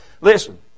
listen